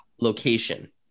location